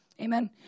Amen